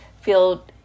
feel